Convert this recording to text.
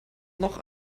noch